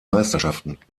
meisterschaften